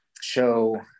show